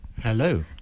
Hello